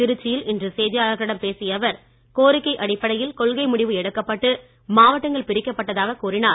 திருச்சியில் இன்று செய்தியாளர்களிடம் பேசிய அவர் கோரிக்கை அடிப்படையில் கொள்கை முடிவு எடுக்கப்பட்டு மாவட்டங்கள் பிரிக்கப்படுவதாக கூறினார்